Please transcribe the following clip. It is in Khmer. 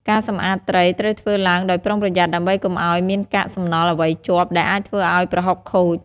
ការសម្អាតត្រីត្រូវធ្វើឡើងដោយប្រុងប្រយ័ត្នដើម្បីកុំឱ្យមានកាកសំណល់អ្វីជាប់ ដែលអាចធ្វើឱ្យប្រហុកខូច។